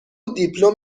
دیپلم